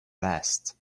vest